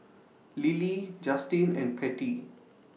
Lilly Justine and Patty